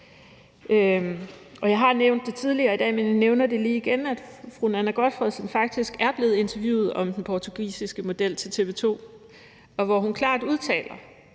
Jeg har nævnt det tidligere i dag, men jeg nævner lige igen, at fru Nanna W. Gotfredsen faktisk er blevet interviewet om den portugisiske model til TV 2. Her udtaler